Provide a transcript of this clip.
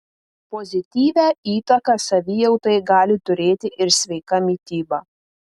pozityvią įtaką savijautai gali turėti ir sveika mityba